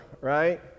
right